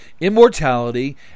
immortality